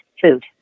food